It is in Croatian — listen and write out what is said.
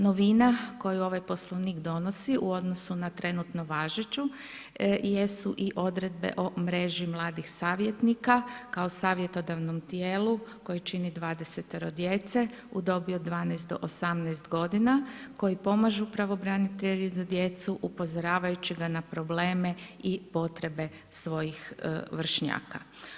Novina koju ovaj Poslovnik donosi u odnosu na trenutno važeću, jesu i odredbe o mreži mladih savjetnika kao savjetodavnom tijelu koje čini 20-ero djece u dobi od 12 do 18 godina koji pomažu pravobranitelju za djecu upozoravajući ga na probleme i potrebe svojih vršnjaka.